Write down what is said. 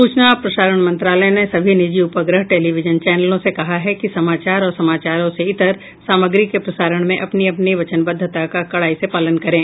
सूचना और प्रसारण मंत्रालय ने सभी निजी उपग्रह टेलीविजन चैनलों से कहा है कि समाचार और समाचारों से इतर सामग्री के प्रसारण में अपनी अपनी वचनबद्धता का कड़ाई से पालन करें